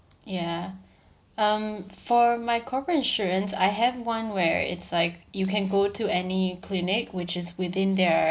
ya um for my corporate insurance I have one where it's like you can go to any clinic which is within their